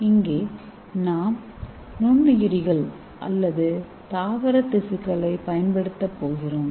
இங்கே நாம் நுண்ணுயிரிகள் அல்லது தாவரதிசுக்களைப் பயன்படுத்தப்போகிறோம்